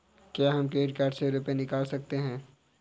क्या हम credit card से रुपये निकाल सकते हैं?